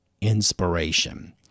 Inspiration